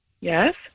Yes